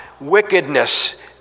wickedness